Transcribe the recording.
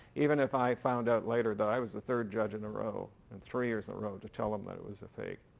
even if i found out later, that i was the third judge in a row, and three years in a row to tell him that it was a fake.